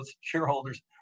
shareholders